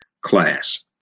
class